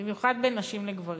במיוחד בין נשים לגברים.